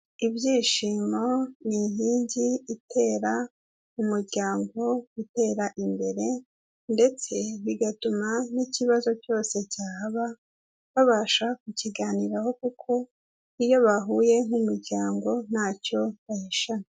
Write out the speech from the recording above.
Ibyishimo ni inkingi itera umuryango gutera imbere ndetse bigatuma n'ikibazo cyose cyaba babasha kukiganiraho kuko iyo bahuye nk'umuryango ntacyo bahishanya